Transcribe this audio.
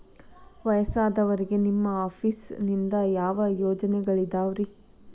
ವಯಸ್ಸಾದವರಿಗೆ ನಿಮ್ಮ ಆಫೇಸ್ ನಿಂದ ಯಾವ ಯೋಜನೆಗಳಿದಾವ್ರಿ?